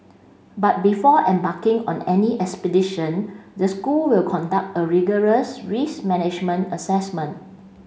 but before embarking on any expedition the school will conduct a rigorous risk management assessment